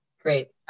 Great